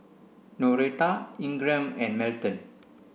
Noretta Ingram and Melton